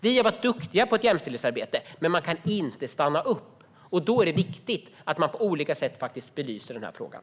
Vi har varit duktiga på jämställdhetsarbete, men man kan inte stanna upp. Då är det viktigt att man på olika sätt belyser frågan.